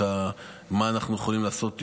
מה אנחנו יכולים לעשות בנוסף.